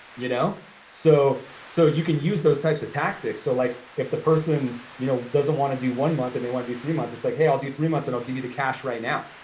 you know so so you can use those types of tactics. so like if the person you know doesn't wanna do one month and they wanna do three months, it's like, hey, i'll do three months and i'll give you the cash right now.